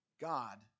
God